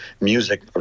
music